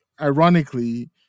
ironically